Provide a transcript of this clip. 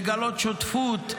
לגלות שותפות,